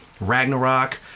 Ragnarok